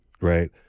right